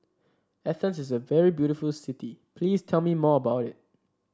Athens is a very beautiful city please tell me more about it